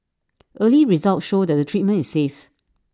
early results show that the treatment is safe